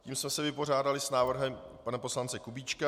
Tím jsme se vypořádali s návrhem pana poslance Kubíčka.